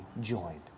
joined